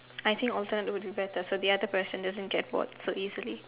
I think alternate would be better so the other person doesn't get bored so easily